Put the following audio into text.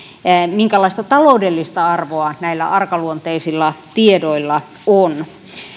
minkälaista taloudellista arvoa näillä arkaluonteisilla tiedoilla on